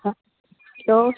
हाँ तो